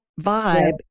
vibe